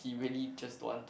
he really just don't want to